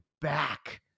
back